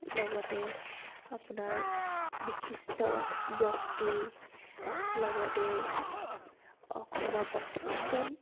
লগতে আপোনাৰ বিশিষ্ট ব্যক্তি লগতে অসমৰ প্ৰথমজন